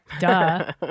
duh